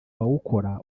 bawukora